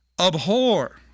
Abhor